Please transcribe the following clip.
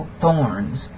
thorns